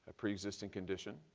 pre-existing condition,